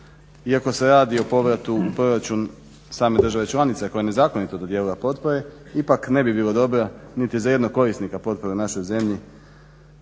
Iako se radi o povratu u proračun same države članice koja je nezakonito dodijelila potpore ipak ne bi bilo dobro niti za jednog korisnika potpore u našoj zemlji